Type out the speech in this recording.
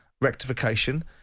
rectification